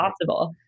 possible